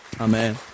Amen